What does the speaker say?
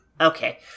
Okay